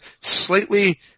slightly